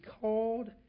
called